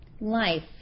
life